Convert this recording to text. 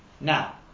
Now